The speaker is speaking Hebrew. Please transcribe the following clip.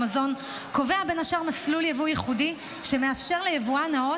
קובע בין השאר מסלול יבוא ייחודי שמאפשר ליבואן נאות,